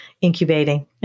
incubating